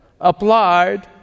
applied